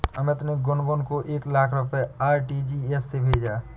अमित ने गुनगुन को एक लाख रुपए आर.टी.जी.एस से भेजा